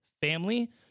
family